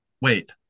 Wait